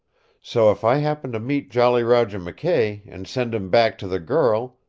so if i happen to meet jolly roger mckay, and send him back to the girl,